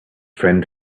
friend